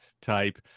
type